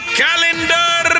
calendar